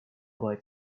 boy